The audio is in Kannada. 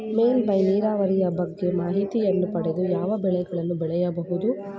ಮೇಲ್ಮೈ ನೀರಾವರಿಯ ಬಗ್ಗೆ ಮಾಹಿತಿಯನ್ನು ಪಡೆದು ಯಾವ ಬೆಳೆಗಳನ್ನು ಬೆಳೆಯಬಹುದು?